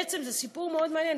בעצם זה סיפור מאוד מעניין,